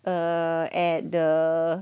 err at the